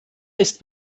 ist